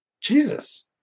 Jesus